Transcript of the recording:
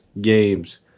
games